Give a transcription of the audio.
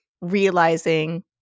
realizing